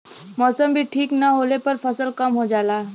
मौसम भी ठीक न होले पर फसल कम हो जाला